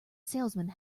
salesman